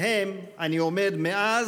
אינה בריאה חדשה, יש מאין.